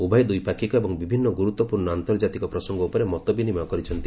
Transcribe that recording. ଉଭୟ ଦ୍ୱିପାକ୍ଷିକ ଏବଂ ବିଭିନ୍ନ ଗୁରୁତ୍ୱପୂର୍ଣ୍ଣ ଆନ୍ତର୍ଜାତିକ ପ୍ରସଙ୍ଗ ଉପରେ ମତ ବିନିମୟ କରିଛନ୍ତି